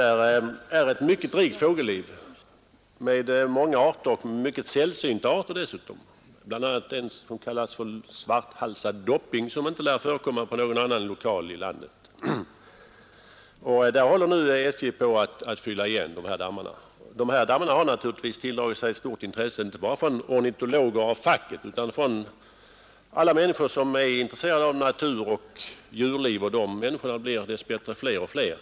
Där finns ett mycket rikt fågelliv med många arter — och många sällsynta arter dessutom, bl.a. den svarthalsade doppingen, som inte lär förekomma på någon annan lokal i landet. De dammarna håller SJ nu på att fylla igen. Sjölundadammarna har tilldragit sig stort intresse, inte bara från ornitologer av facket utan från alla människor som är intresserade av naturen och av djurlivet. De människorna blir dess bättre fler och fler.